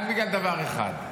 רק בגלל דבר אחד: